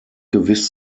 gewiss